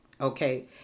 okay